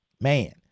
man